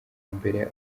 mbere